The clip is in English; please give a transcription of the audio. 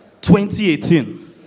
2018